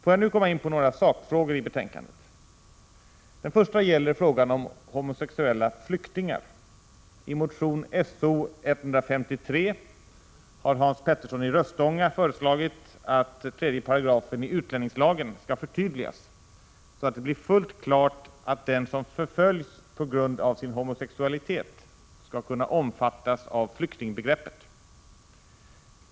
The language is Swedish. Låt mig nu komma in på några sakfrågor i betänkandet. Den första gäller frågan om homosexuella flyktingar. I motion So153 har Hans Petersson i Röstånga föreslagit att 3 § i utlänningslagen skall förtydligas, så att det blir fullt klart att den som förföljs på grund av sin homosexualitet skall kunna omfattas av flyktingbegreppet.